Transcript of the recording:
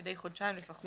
מדי חודשיים לפחות.